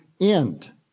end